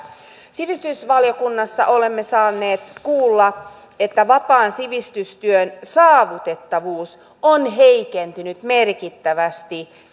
sivistysvaliokunnassa olemme saaneet kuulla että vapaan sivistystyön saavutettavuus on heikentynyt merkittävästi